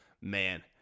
man